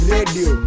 Radio